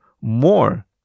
more